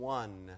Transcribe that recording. one